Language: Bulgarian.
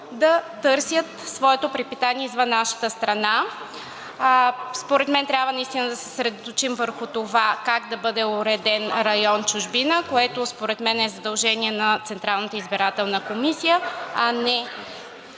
да търсят своето препитание извън нашата страна. Според мен трябва наистина да се съсредоточим върху това как да бъде уреден район „Чужбина“, което според мен е задължение на Централната